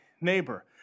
neighbor